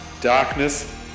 darkness